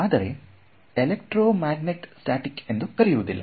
ಆದರೆ electro magnet static ಎಂದು ಕರೆಯುವುದಿಲ್ಲ